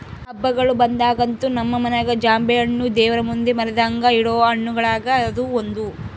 ಹಬ್ಬಗಳು ಬಂದಾಗಂತೂ ನಮ್ಮ ಮನೆಗ ಜಾಂಬೆಣ್ಣು ದೇವರಮುಂದೆ ಮರೆದಂಗ ಇಡೊ ಹಣ್ಣುಗಳುಗ ಅದು ಒಂದು